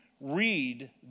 read